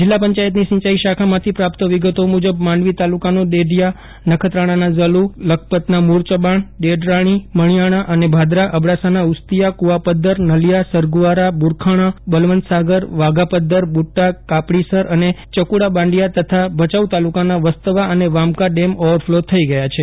જિલ્લા પંચાયતની સિંચાઈ શાખામાંથી પ્રાપ્ત વિગતો મુજબ માંડવી તાલુકાનો દેઢિયા નખત્રાણાના ઝાલુ લખપતના મુરચબાણ ડેડરાણી મણિયારા અને ભાદરા અબડાસાના ઉસ્તિયા કુવાપદ્વર નલિયા સરગુઆરા બુરખાણા બલવંતસાગર વાઘાપદ્વર બુદા કાપડીસર અને ચકુડાબાંડિયા તથા ભચાઉ તાલુકાના વસ્તવા અને વામકા ડેમ ઓવરફલો થઈ ગયા છે